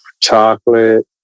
chocolate